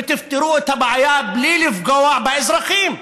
ותפתרו את הבעיה בלי לפגוע באזרחים.